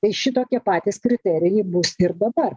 tai šitokie patys kriterijai bus ir dabar